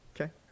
okay